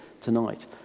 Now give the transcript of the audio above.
tonight